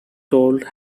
told